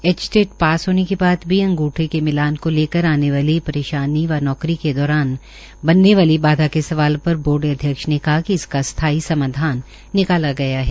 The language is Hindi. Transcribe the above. एचटेट पास होने के बाद भी अंग्रठों के मिलान को लेकर आने वाली परेशानी व नौकरी के दौरान बनने वाली बाधा के सवाल पर बोर्ड अध्यक्ष ने कहा कि इसका स्थाई समाधान निकाला गया है